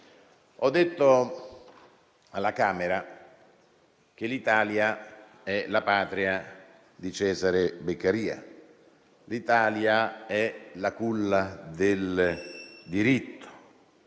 Ho detto alla Camera che l'Italia è la Patria di Cesare Beccaria. L'Italia è la culla del diritto